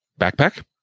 backpack